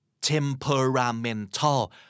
temperamental